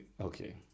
okay